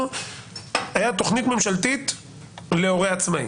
הייתה תכנית ממשלתית להורה עצמאי.